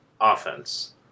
offense